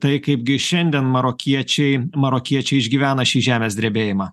tai kaipgi šiandien marokiečiai marokiečiai išgyvena šį žemės drebėjimą